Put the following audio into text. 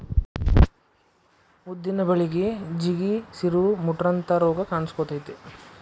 ಉದ್ದಿನ ಬಳಿಗೆ ಜಿಗಿ, ಸಿರು, ಮುಟ್ರಂತಾ ರೋಗ ಕಾನ್ಸಕೊತೈತಿ